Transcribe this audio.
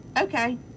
Okay